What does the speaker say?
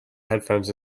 headphones